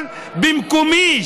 אבל במקומי,